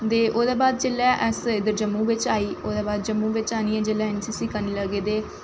ते ओह्दै बाद अस जिसलै जम्मू बिच्च आनियै जिसलै ऐन्न सी सी करन लगे ते